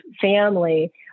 family